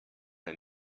ein